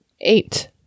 Eight